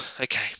Okay